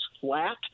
flat